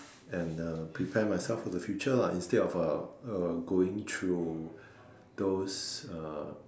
and uh prepare myself for the future lah instead of uh uh going through those uh